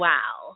Wow